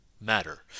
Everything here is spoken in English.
matter